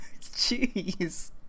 Jeez